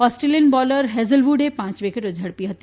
ઓસ્ લિયન bowler હેઝલવુડે પાંચ વિકેટો ઝડપી હતી